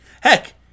Heck